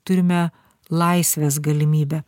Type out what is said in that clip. turime laisvės galimybę